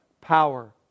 Power